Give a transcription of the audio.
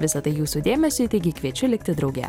visa tai jūsų dėmesiui taigi kviečiu likti drauge